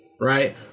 right